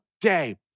day